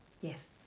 Yes